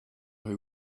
who